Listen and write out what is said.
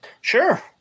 Sure